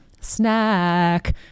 snack